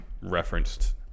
referenced